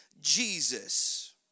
Jesus